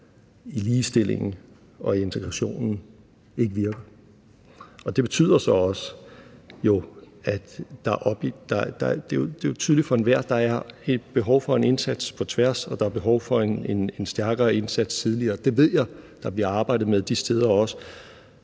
ligestillingen og integrationen ikke virker. Det er jo tydeligt for enhver, at der er et behov for en indsats på tværs og der er behov for en stærkere indsats tidligere. Det ved jeg der bliver arbejdet med de steder også,